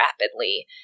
rapidly